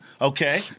okay